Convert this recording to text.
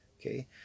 Okay